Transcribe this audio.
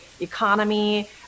economy